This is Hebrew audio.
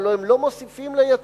הלוא הם לא מוסיפים ליציבות.